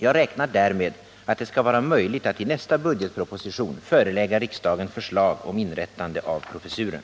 Jag räknar därför med att det skall vara möjligt att i nästa budgetproposition förelägga riksdagen förslag om inrättande av professuren.